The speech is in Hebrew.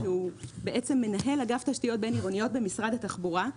שהוא מנהל אגף תשתיות בין-עירוניות במשרד התחבורה.